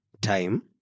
time